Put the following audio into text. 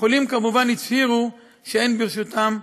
החולים כמובן הצהירו שאין ברשותם כסף.